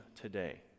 today